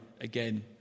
again